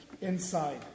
inside